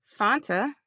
Fanta